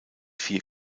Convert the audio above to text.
vier